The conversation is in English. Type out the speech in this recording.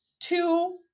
two